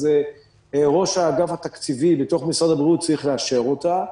אז ראש האגף התקציבי בתוך משרד הבריאות צריך לאשר אותה.